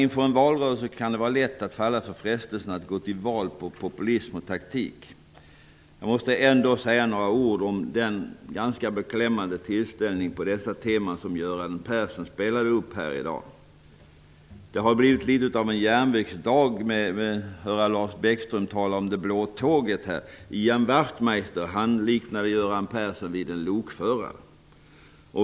Inför en valrörelse kan det vara lätt att falla för frestelsen att gå till val på populism och taktik. Jag måste ändå säga några ord om den ganska beklämmande föreställning på dessa teman som Göran Persson spelade upp här i dag. Detta har blivit något av en järnvägsdag. Lars Wachtmeister liknade Göran Persson vid en lokförare.